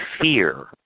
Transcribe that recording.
fear